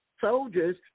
soldiers